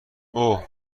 اوه